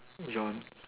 yawn